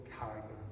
character